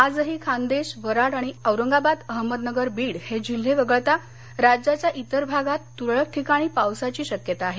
आजही खान्देश वऱ्हाड आणि औरंगाबाद अहमदनगर बीड हे जिल्हे वगळता राज्याच्या इतर भागात तुरळक ठिकाणी पावसाची शक्यता आहे